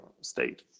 state